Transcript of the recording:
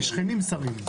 יש לי שכנים שרים.